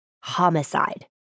Homicide